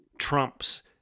trumps